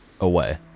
away